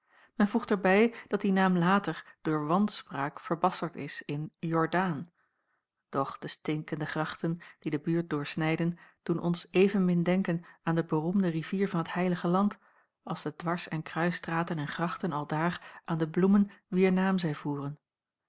men voegt er bij dat die naam later door wanspraak verbasterd is in jordaan doch de stinkende grachten die de buurt doorsnijden doen ons evenmin denken aan de beroemde rivier van t heilige land als de dwars en kruisstraten en grachten aldaar aan de bloemen wier naam zij voeren